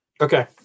Okay